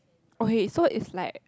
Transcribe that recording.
okay so is like